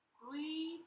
three